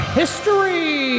history